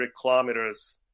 kilometers